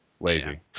lazy